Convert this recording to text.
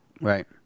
Right